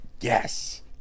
Yes